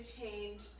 change